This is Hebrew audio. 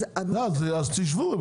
אז תשבו,